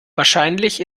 wahrscheinlich